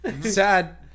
sad